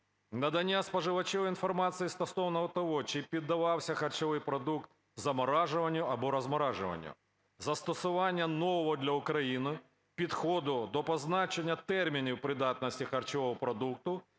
надання споживачеві інформації стосовного того, чи піддавався харчовий продукт заморожуванню або розморожуванню; застосування нового для України підходу до позначення термінів придатності харчового продукту